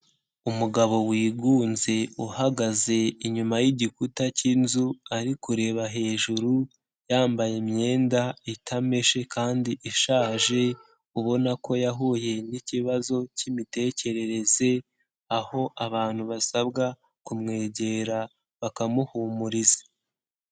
Umugabo wigunze uhagaze inyuma yigikuta cyinzu ari kureba hejuru yambaye imyenda itameshe kandi ishaje ubona ko yahuye n'ikibazo cy'imitekerereze aho abantu basabwa kumwegera bakamuhumuriza.